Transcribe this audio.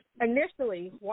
initially